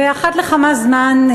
ואחת לכמה זמן,